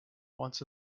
once